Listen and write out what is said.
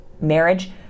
marriage